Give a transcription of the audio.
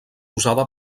usada